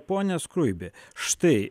pone skruibi štai